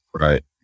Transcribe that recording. Right